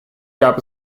gab